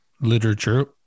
literature